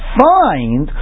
find